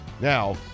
Now